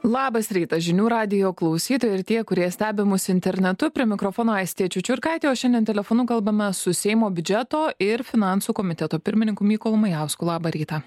labas rytas žinių radijo klausytojai ir tie kurie stebi mus internetu prie mikrofono aistė čiučiurkaitė o šiandien telefonu kalbame su seimo biudžeto ir finansų komiteto pirmininku mykolu majausku labą rytą